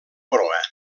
proa